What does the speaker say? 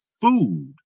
food